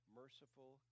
merciful